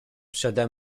przede